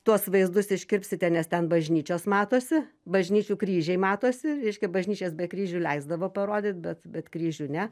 tuos vaizdus iškirpsite nes ten bažnyčios matosi bažnyčių kryžiai matosi reiškia bažnyčias be kryžių leisdavo parodyt bet bet kryžių ne